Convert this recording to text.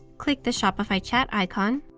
click the shopify chat icon,